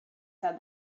said